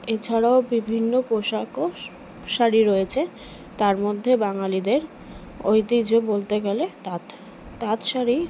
এছাড়াও বিভিন্ন পোশাক ও শাড়ি রয়েছে তার মধ্যে বাঙালিদের ঐতিহ্য বলতে গেলে তাঁত তাঁত শাড়ি